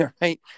right